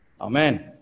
Amen